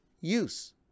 use